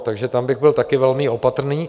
Takže tam bych byl taky velmi opatrný.